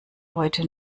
heute